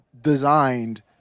designed